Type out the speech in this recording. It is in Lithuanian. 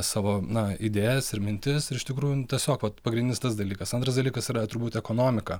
savo na idėjas ir mintis ir iš tikrųjų nu tiesiog vat pagrindinis tas dalykas antras dalykas yra turbūt ekonomika